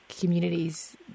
communities